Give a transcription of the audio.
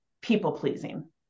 people-pleasing